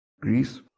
Greece